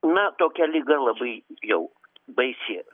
na tokia liga labai jau baisi